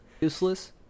Useless